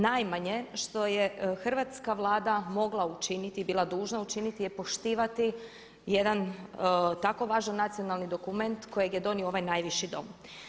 Najmanje što je hrvatska Vlada mogla učiniti, bila dužna učiniti je poštivati jedan tako važan nacionalni dokument kojeg je donio ovaj najviši Dom.